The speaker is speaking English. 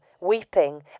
weeping